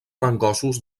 fangosos